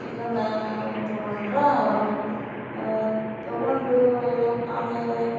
chicken ತಗೊಂಡರಾ ಅವ್ರು ತಗೊಂಡು ಆಮೇಲೆ